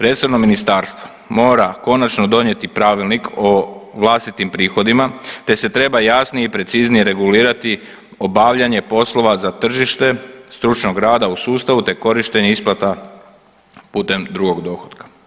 Resorno ministarstvo mora konačno donijeti pravilnik o vlastitim prihodima te se treba jasnije i preciznije regulirati obavljanje poslova za tržište stručnog rada u sustavu te korištenje isplata putem drugog dohotka.